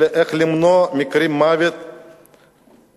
אלא איך למנוע מקרי מוות בכבישים.